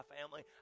family